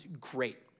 great